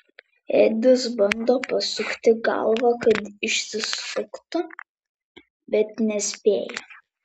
edis bando pasukti galvą kad išsisuktų bet nespėja